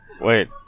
Wait